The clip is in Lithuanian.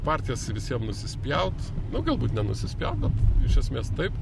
partijas į visiem nusispjaut galbūt nenusispjaut bet iš esmės taip